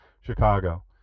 chicago